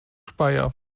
speyer